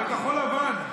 הצביעו כחול לבן,